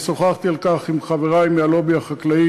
שוחחתי על כך עם חברי מהלובי החקלאי,